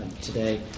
today